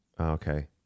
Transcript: Okay